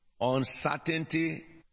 uncertainty